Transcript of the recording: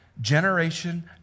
generation